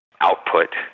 output